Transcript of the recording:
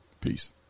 Peace